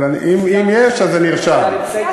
אבל אם יש אז זה נרשם.